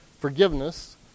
forgiveness